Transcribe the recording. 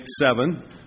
seven